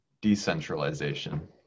decentralization